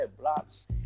blocks